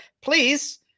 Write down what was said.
please